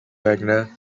wagner